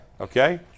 Okay